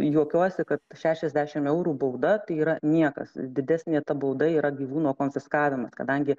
juokiuosi kad šešiasdešim eurų bauda tai yra niekas didesnė ta bauda yra gyvūno konfiskavimas kadangi